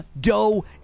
Doe